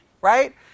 right